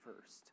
first